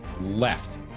left